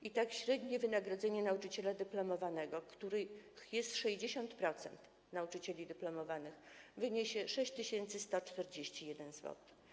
I tak średnie wynagrodzenie nauczyciela dyplomowanego, a jest 60% nauczycieli dyplomowanych, wyniesie 6141 zł.